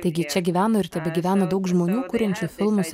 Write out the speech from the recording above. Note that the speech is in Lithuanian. taigi čia gyveno ir tebegyvena daug žmonių kuriančių filmus